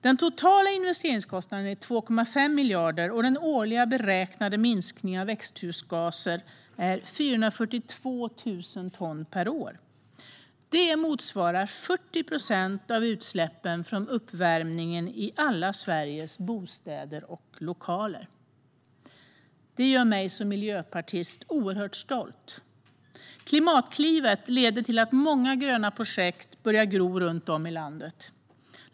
Den totala investeringskostnaden är 2,5 miljarder, och den årliga beräknade minskningen av växthusgaser är 442 000 ton per år. Det motsvarar 40 procent av utsläppen från uppvärmning i alla Sveriges bostäder och lokaler. Det gör mig som miljöpartist oerhört stolt. Klimatklivet leder till att många gröna projekt börjar gro runt om i landet.